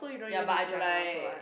ya but I drive now so I